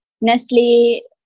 Nestle